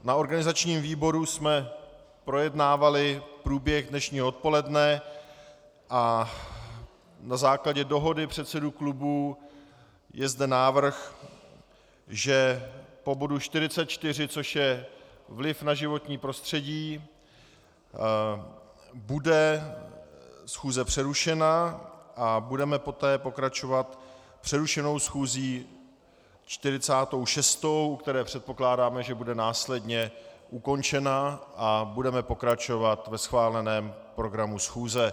Na organizačním výboru jsme projednávali i průběh dnešního odpoledne a na základě dohody předsedů klubů je zde návrh, že po bodu 44, což je vliv na životní prostředí, bude schůze přerušena a budeme poté pokračovat přerušenou schůzí 46., u které předpokládáme, že bude následně ukončena, a budeme pokračovat ve schváleném programu schůze.